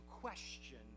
question